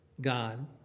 God